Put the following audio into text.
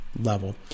level